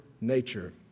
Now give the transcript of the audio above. nature